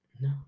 No